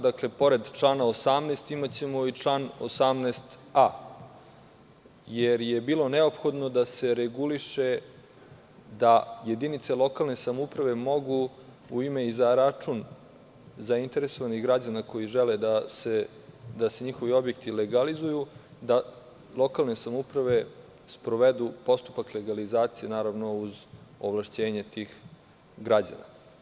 Dakle, pored člana 18, imaćemo i član 18a, jer je bilo neophodno da se reguliše da jedinice lokalne samouprave mogu u ime i za račun zainteresovanih građana koji žele da se njihovi objekti legalizuju, da lokalne samouprave sprovedu postupak legalizacije, naravno, uz ovlašćenje tih građana.